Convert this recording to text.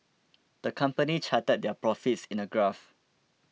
the company charted their profits in a graph